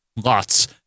Lots